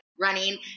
running